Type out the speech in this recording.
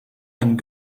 and